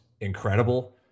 incredible